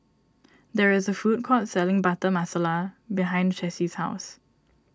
there is a food court selling Butter Masala behind Chessie's house